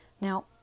Now